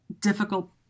difficult